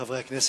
חברי הכנסת,